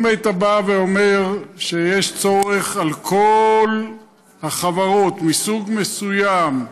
אם היית בא ואומר שיש צורך על כל החברות מסוג מסוים,